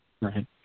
Right